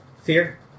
fear